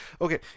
okay